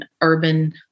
urban